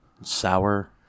sour